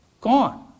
gone